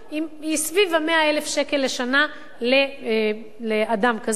היא סביב ה-100,000 שקל לשנה לאדם כזה.